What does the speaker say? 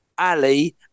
Ali